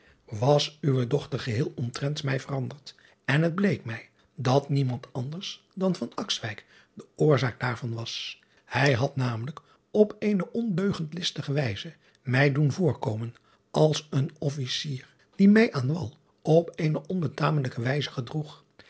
was uwe dochter geheel omtrent mij veranderd en het bleek mij dat niemand anders dan de oorzaak daarvan was ij had namelijk op eene endeugend listige wijze mij doen voorkomen driaan oosjes zn et leven van illegonda uisman als een officier die mij aan wal op eene onbetamelijke wijze gedroeg